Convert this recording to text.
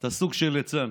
אתה סוג של ליצן.